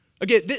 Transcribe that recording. Again